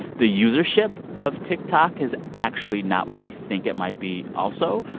the usership of tiktok is actually not what we think it might be also.